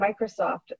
Microsoft